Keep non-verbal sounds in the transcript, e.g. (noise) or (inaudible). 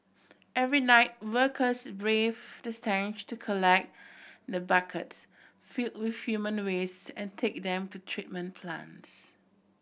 every night workers braved the (unintelligible) to collect the buckets filled with human waste and take them to treatment plants